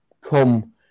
come